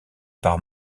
par